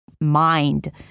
mind